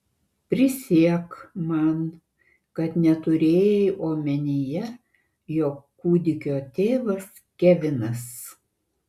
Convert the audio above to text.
prisiek man kad neturėjai omenyje jog kūdikio tėvas kevinas